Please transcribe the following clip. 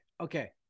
Okay